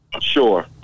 sure